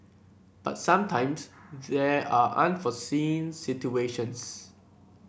but sometimes there are unforeseen situations